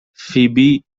فیبی